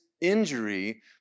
injury